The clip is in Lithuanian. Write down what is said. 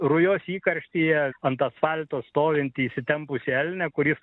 rujos įkarštyje ant asfalto stovintį įsitempusį elnią kuris